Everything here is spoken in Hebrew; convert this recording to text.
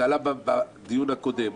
זה עלה בדיון הקודם,